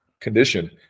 condition